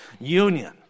union